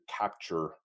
capture